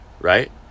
right